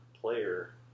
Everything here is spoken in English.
player